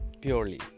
Purely